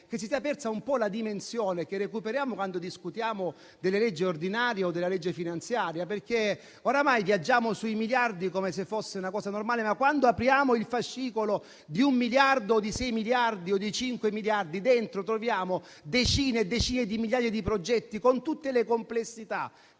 che si sia persa un po' la dimensione che recuperiamo quando discutiamo delle leggi ordinarie o della legge finanziaria. Oramai viaggiamo su miliardi come fosse una cosa normale, ma quando apriamo il fascicolo di un miliardo, di sei miliardi o di cinque miliardi, dentro troviamo decine e decine di migliaia di progetti con tutte le complessità